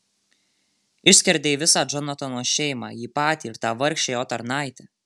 išskerdei visą džonatano šeimą jį patį ir tą vargšę jo tarnaitę